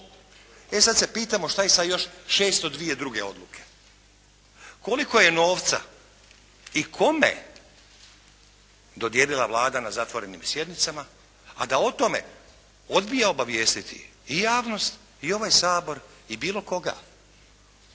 E sad se pitamo šta je sa još 602 druge odluke. Koliko je novca i kome dodijelila Vlada na zatvorenim sjednicama a da o tome odbija obavijestiti i javnost i ovaj Sabor i bilo koga